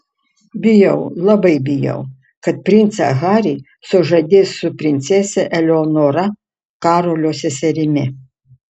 bijau labai bijau kad princą harį sužadės su princese eleonora karolio seserimi